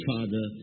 Father